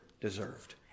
deserved